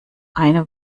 eine